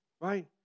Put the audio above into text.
right